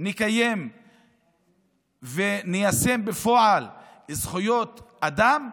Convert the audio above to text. נקיים וניישם בפועל זכויות אדם?